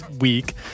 week